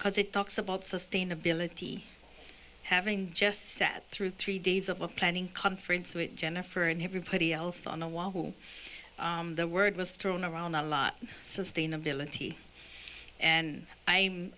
because it talks about sustainability having just sat through three days of a planning conference with jennifer and everybody else on the wall who the word was thrown around a lot sustainability and i